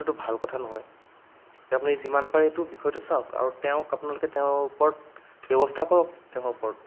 এইটোতো ভাল কথা নহয় এতিয়া আপুনি যিমান পাৰে এইটো বিষয়টো চাওক আৰু তেওঁক আপোনালোকে তেওঁৰ ওপৰত ব্যৱস্থা কৰক তেওঁৰ ওপৰত